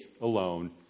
alone